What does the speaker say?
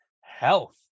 health